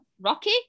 Rocky